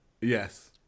Yes